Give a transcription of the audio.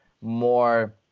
more